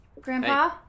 Grandpa